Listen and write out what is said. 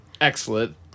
Excellent